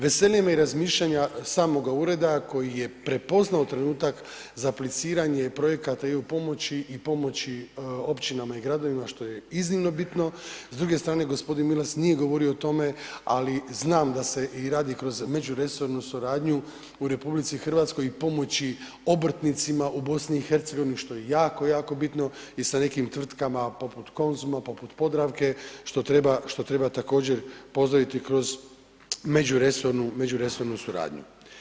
Veseli me i razmišljanja samoga ureda koji je prepoznao trenutak za apliciranje projekata EU pomoći i pomoći općinama i gradovima što je iznimno bitno, s druge strane, g. Milas nije govorio o tome ali znam da se radi i kroz međuresornu suradnju u RH i pomoći obrtnicima u BiH-u, što je jako, jako bitno i sa nekim tvrtkama poput Konzuma, poput Podravke što treba također pozdraviti kroz međuresornu suradnju.